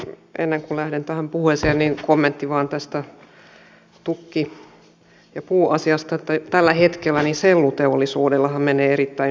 ennen kuin lähden tähän puheeseen niin kommentti vain tästä tukki ja puuasiasta että tällä hetkellähän selluteollisuudella menee erittäin hyvin